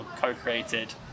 co-created